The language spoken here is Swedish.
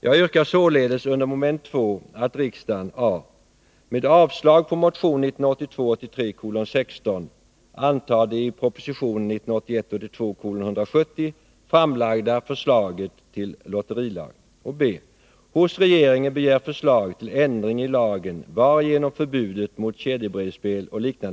Jag yrkar således under mom. 2 att riksdagen